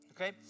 Okay